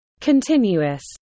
Continuous